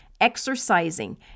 exercising